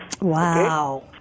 Wow